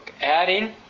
adding